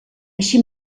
així